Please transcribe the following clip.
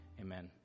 Amen